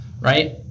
right